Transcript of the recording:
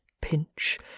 pinch